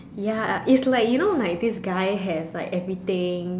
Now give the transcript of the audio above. ya it's like you know like this guy has like everything